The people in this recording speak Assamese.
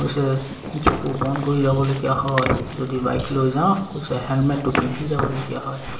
কৈছে চকু বন্ধ কৰি যাবলগীয়া হয় যদি বাইক লৈ যাওঁ কৈছে হেলমেটটো পিন্ধি যাবলগীয়া হয়